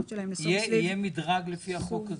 יהיה מדרג לפי החוק הזה?